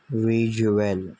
visual